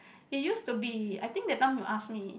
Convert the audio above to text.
it used to be I think that time you ask me